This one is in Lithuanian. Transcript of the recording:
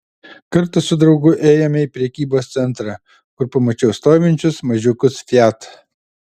kartą su draugu ėjome į prekybos centrą kur pamačiau stovinčius mažiukus fiat